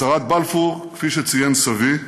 הצהרת בלפור, כפי שציין סבי,